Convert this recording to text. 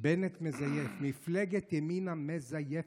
בנט מזייף, מפלגת ימינה מזייפת.